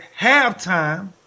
halftime